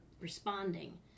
responding